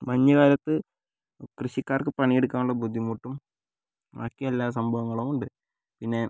മഞ്ഞുകാലത്ത് കൃഷിക്കാർക്ക് പണിയെടുക്കാനുള്ള ബുദ്ധിമുട്ടും ബാക്കിയെല്ലാ സംഭവങ്ങളുമുണ്ട് പിന്നെ